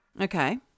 Okay